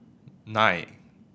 nine